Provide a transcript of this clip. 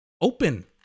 open